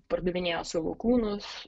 pardavinėjo savo kūnas